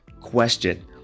question